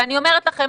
ואני אומרת לכם,